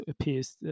appears